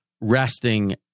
resting